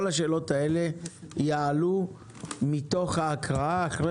כל השאלות האלה יעלו מתוך ההקראה אחרי